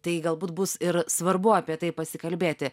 tai galbūt bus ir svarbu apie tai pasikalbėti